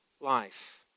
life